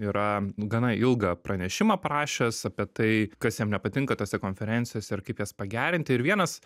yra gana ilgą pranešimą parašęs apie tai kas jam nepatinka tose konferencijose ir kaip jas pagerinti ir vienas